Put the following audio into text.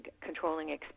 controlling